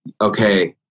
okay